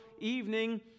evening